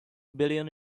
billion